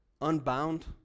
unbound